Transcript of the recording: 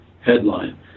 headline